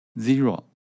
Zero